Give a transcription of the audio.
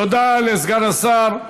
תודה לסגן השר,